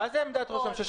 מה זה עמדת ראש הממשלה?